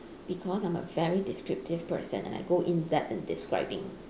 because I'm a very descriptive person and I go in depth in describing